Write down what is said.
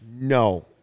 No